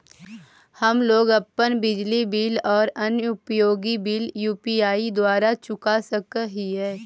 हम लोग अपन बिजली बिल और अन्य उपयोगि बिल यू.पी.आई द्वारा चुका सक ही